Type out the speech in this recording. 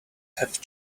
have